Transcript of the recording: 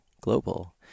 global